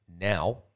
Now